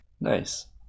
Nice